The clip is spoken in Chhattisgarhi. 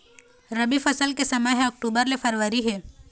रबी फसल के समय ह अक्टूबर ले फरवरी हे